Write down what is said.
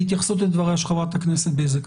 בהתייחסות לדבריה של חברת הכנסת בזק.